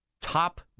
top